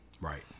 right